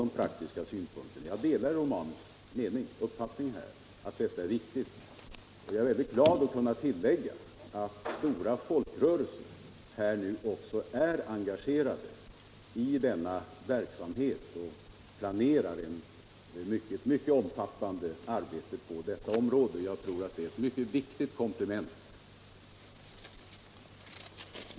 Jag delar herr Romanus uppfattning att detta är viktigt. Jag är glad för att kunna tillägga att stora folkrörelser också är engagerade i denna verksamhet och planerar ett mycket omfattande arbete på detta område. Jag tror det är ett mycket viktigt komplement.